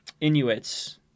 Inuits